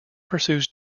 pursues